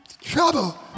trouble